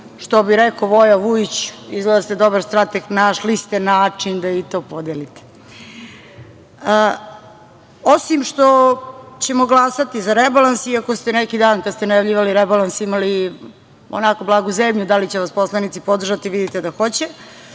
što bi rekao Voja Vujić izgleda da ste dobar strateg, našli ste način da i to podelite. Osim što ćemo glasati za rebalans i ako ste neki dan kada ste najavljivali rebalans imali onako blagu zebnju da li će vas poslanici podržati, vidite da hoće.